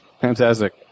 fantastic